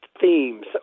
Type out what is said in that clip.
themes